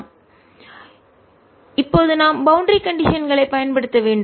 E 14π0 q2 yjzk diy2z2d232 for x≤0 இப்போது நாம் boundary கண்டிஷன்கள் களை பயன்படுத்த வேண்டும்